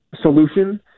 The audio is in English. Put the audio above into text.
solution